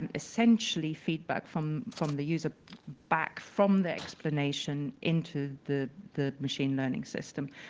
and essentially, feedback from from the user back from the explanation into the the machine learning system,